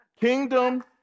Kingdom